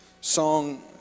song